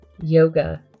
yoga